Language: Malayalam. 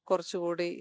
കുറച്ച് കൂടി